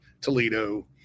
Toledo